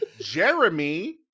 Jeremy